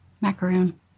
macaroon